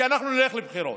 כי אנחנו נלך לבחירות.